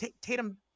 Tatum